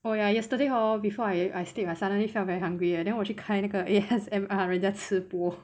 oh ya yesterday hor before I sleep suddenly felt very hungry lah then 我去开那个 A_S_M_R 人家吃播